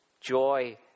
joy